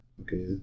Okay